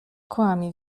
kłamie